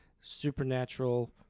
supernatural